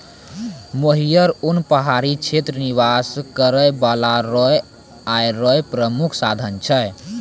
मोहियर उन पहाड़ी क्षेत्र निवास करै बाला रो आय रो प्रामुख साधन छै